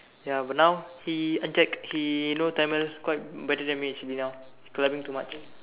ya but now he anjack he know Tamil quite better than me actually now he's clubbing too much